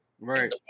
Right